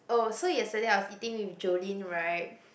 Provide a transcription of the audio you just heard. oh so yesterday I was eating with Jolene right